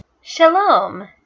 Shalom